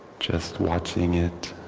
just watching it,